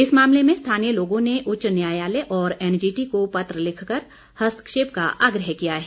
इस मामले में स्थानीय लोगों ने उच्च न्यायालय और एनजीटी को पत्र लिखकर हस्तक्षेप का आग्रह किया है